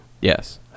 Yes